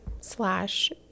slash